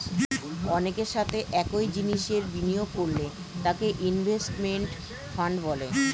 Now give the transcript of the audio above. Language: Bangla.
অনেকের সাথে একই জিনিসে বিনিয়োগ করলে তাকে ইনভেস্টমেন্ট ফান্ড বলে